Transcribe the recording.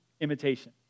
imitation